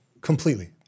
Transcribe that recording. completely